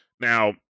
Now